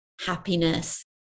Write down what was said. happiness